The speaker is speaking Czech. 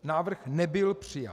Návrh nebyl přijat.